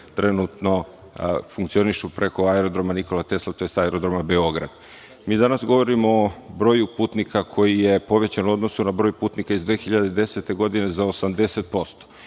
trenutno funkcionišu preko Aerodroma „Nikola Tesla“ tj. aerodroma Beograd. Mi danas govorimo o broju putnika koji je povećan u odnosu na broj putnika iz 2010. godine za 80%.